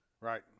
Right